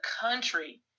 country